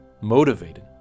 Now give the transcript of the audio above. motivated